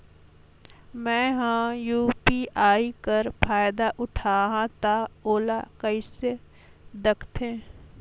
मैं ह यू.पी.आई कर फायदा उठाहा ता ओला कइसे दखथे?